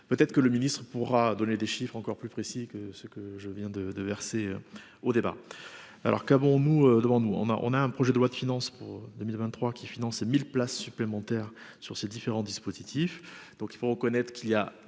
peut être que le ministre-pourra donner des chiffres encore plus précis que ce que je viens de de verser au débat, alors que bon, nous devons, nous, on a, on a un projet de loi de finances pour 2023 qui finance 1000 places supplémentaires sur ces différents dispositifs, donc il faut reconnaître qu'il y a